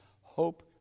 Hope